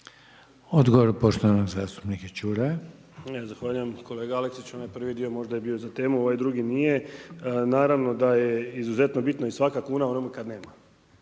Čuraja. **Čuraj, Stjepan (HNS)** Zahvaljujem kolega Aleksić, onaj prvi dio je možda bio za temu, ovaj drugi nije. Naravno da je izuzetno bitna i svaka kuna onome kad nema.